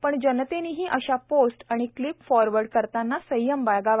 पण जनतेनेही अशा पोस्ट आणि क्लिप फॉरवर्ड करताना संयम बाळगावा